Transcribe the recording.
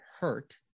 hurt